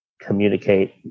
communicate